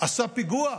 עשה פיגוע,